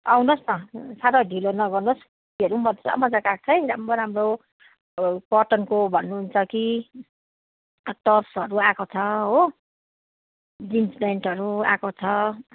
आउनु होस् न साह्रो ढिलो नगर्नु होस् मजा मजाको आएको छ है राम्रो राम्रो कटनको भन्नु हुन्छ कि अब तर्सहरू आएको छ हो जिन्स प्यान्टहरू आएको छ